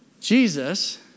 Jesus